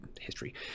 history